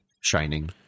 shining